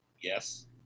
Yes